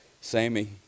sammy